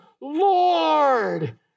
Lord